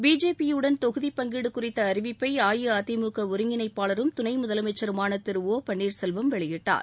பிஜேபியுடன் தொகுதிப் பங்கீடு குறித்த அறிவிப்பை அஇஅதிமுக ஒருங்கிணைப்பாளரும் துணை முதலமைச்சருமான திரு ஒ பன்னீர்செல்வம் வெளியிட்டார்